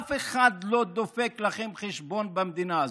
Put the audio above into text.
אף אחד לא דופק לכם חשבון במדינה הזאת.